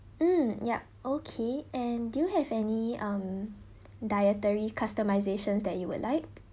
mm yup okay and do you have any um dietary customizations that you would like